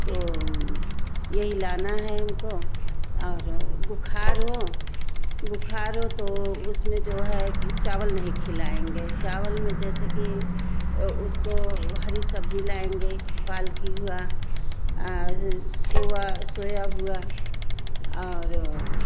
तो यही लाना हैं हम को और बुख़ार हो बुख़ार हो तो उसमें जो है कि चावल नहीं खिलाएंगे चावल में जैसे कि उसको हरी सब्ज़ी लाएंगे पालक हुआ सोया सोया हुआ और